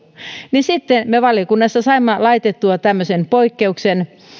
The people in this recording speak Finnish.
sitten me valiokunnassa saimme laitettua tämmöisen poikkeuksen